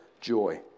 joy